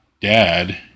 dad